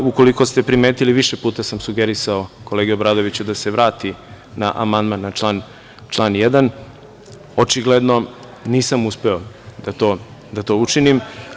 Ukoliko ste primetili, više puta sam sugerisao kolegi Obradoviću da se vrati na amandman, na član 1. Očigledno nisam uspeo da to učinim.